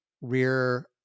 rear